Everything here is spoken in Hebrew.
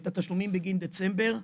את התשלומים בגין דצמבר,